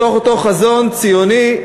מתוך אותו חזון ציוני,